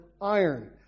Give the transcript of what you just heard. iron